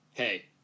Hey